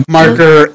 marker